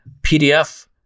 PDF